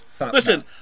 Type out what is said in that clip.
Listen